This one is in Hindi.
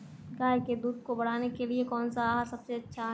गाय के दूध को बढ़ाने के लिए कौनसा आहार सबसे अच्छा है?